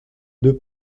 deux